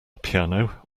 piano